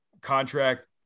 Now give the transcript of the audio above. contract